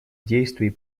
действий